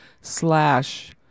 slash